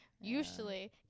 usually